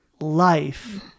life